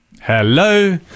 Hello